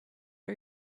are